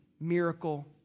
miracle